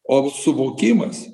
o suvokimas